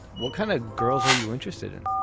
what kind of girls are you interested in